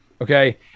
Okay